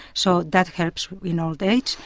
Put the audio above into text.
so that helps in old age,